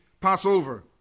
Passover